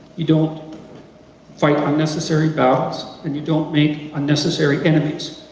you don't fight unnecessary battles, and you don't make unnecessary enemies.